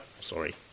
sorry